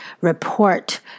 report